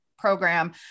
program